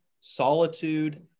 solitude